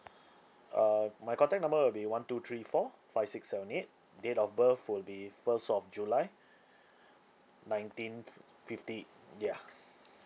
uh my contact number will be one two three four five six seven eight date of birth will be first of july nineteen f~ fifty ya